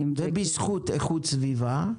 ובזכות איכות הסביבה,